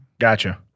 Gotcha